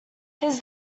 his